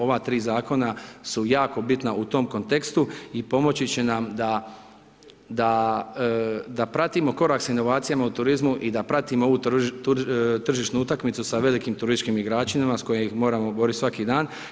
Ova tri zakona su jako bitna u tom kontekstu i pomoći će nam da pratimo korak s inovacijama u turizmu i da pratimo ovu tržišnu utakmicu sa velikim turističkim igračima s kojima se moramo boriti svaki dan.